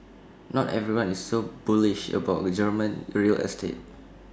not everyone is so bullish about German real estate